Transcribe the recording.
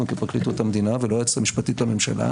כפרקליטות המדינה ולא היועצת המשפטית לממשלה